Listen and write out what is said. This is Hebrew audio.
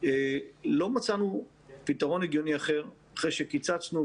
לא מצאנו פתרון הגיוני אחר אחרי שקיצצנו,